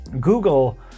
Google